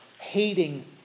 hating